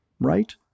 Right